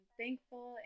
thankful